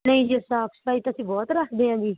ਨਹੀਂ ਜੀ ਸਾਫ਼ ਸਫ਼ਾਈ ਤਾਂ ਅਸੀਂ ਬਹੁਤ ਰੱਖਦੇ ਹਾਂ ਜੀ